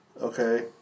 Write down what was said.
Okay